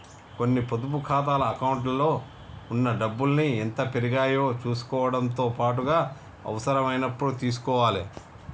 కొన్ని పొదుపు ఖాతాల అకౌంట్లలో ఉన్న డబ్బుల్ని ఎంత పెరిగాయో చుసుకోవడంతో పాటుగా అవసరమైనప్పుడు తీసుకోవాలే